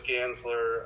Gansler